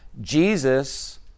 Jesus